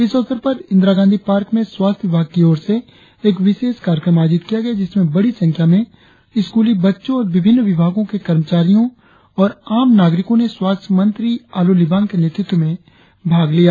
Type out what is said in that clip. इस अवसर पर इंदिरा गांधी पार्क में स्वास्थ्य विभाग की ओर से एक विशेष कार्यक्रम आयोजित किया गया जिसमें बड़ी संख्या में स्क्रली बच्चों और विभिन्न विभागों के कर्मचारियों और आम नागरिकों ने स्वास्थ्य मंत्री आलो लिबांग के नेतृत्व में भाग लिया